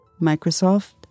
Microsoft